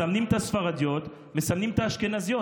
מסמנים את הספרדיות, מסמנים את האשכנזיות.